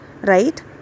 right